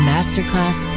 Masterclass